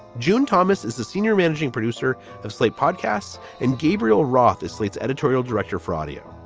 june thomas is the senior managing producer of slate podcasts and gabriel roth is slate's editorial director for audio.